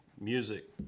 music